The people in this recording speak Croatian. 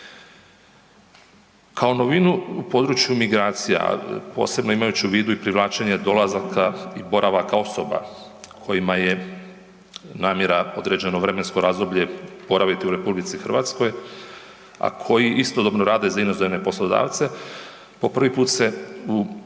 Kao novinu u području migracija, a posebno imajući u vidu i privlačenje dolazaka i boravaka osoba kojima je namjera određeno vremensko razdoblje boraviti u RH, a koji istodobno rade za inozemne poslodavce po prvi put se u